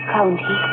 County